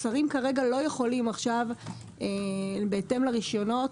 השרים כרגע לא יכולים עכשיו בהתאם לרשיונות,